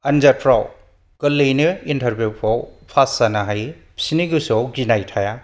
आन्जादफ्राव गोरलैयैनो इन्टारभिउफ्राव पास जानो हायो बिसोरनि गोसोआव गिनाय थाया